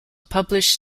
published